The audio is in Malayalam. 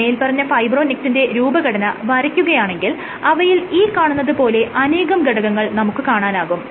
മേല്പറഞ്ഞ ഫൈബ്രോനെക്റ്റിന്റെ രൂപഘടന വരയ്ക്കുകയാണെങ്കിൽ അവയിൽ ഈ കാണുന്നത് പോലെ അനേകം ഘടകങ്ങൾ നമുക്ക് കാണാനാകും